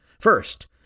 First